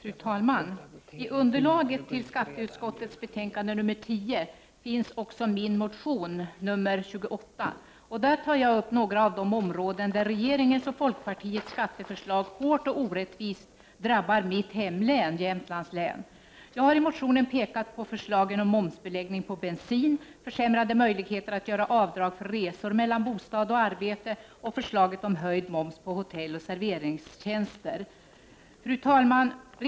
Fru talman! I underlaget till skatteutskottets betänkande nr 10 finns också min motion nr 28, där jag tar upp några av de områden där regeringens och folkpartiets skatteförslag hårt och orättvist drabbar mitt hemland Jämtlands län. Jag har i motionen pekat på förslagen om momsbeläggning på bensin, försämrade möjligheter att göra avdrag för resor mellan bostad och arbete och förslaget om höjd moms på hotelloch serveringstjänster. Fru talman!